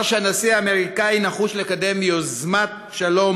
אפשר שהנשיא האמריקני נחוש לקדם יוזמת שלום